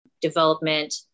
development